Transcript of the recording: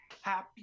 Happy